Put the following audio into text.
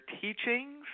teachings